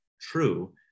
true